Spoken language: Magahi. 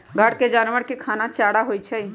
घर के जानवर के खाना चारा होई छई